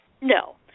No